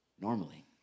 normally